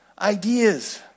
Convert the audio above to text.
ideas